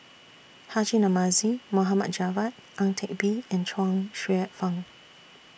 Haji Namazie Mohd Javad Ang Teck Bee and Chuang Hsueh Fang